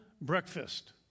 breakfast